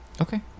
Okay